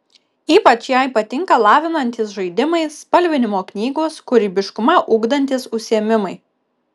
ypač jai patinka lavinantys žaidimai spalvinimo knygos kūrybiškumą ugdantys užsiėmimai